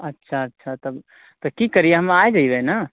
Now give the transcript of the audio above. अच्छा अच्छा तब तऽ की करियै हम आबि जायबै ने